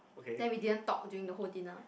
then we didn't talk during the whole dinner